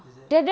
is it